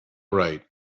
right